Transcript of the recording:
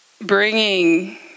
bringing